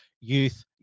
youth